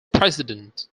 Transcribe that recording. president